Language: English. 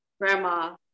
grandma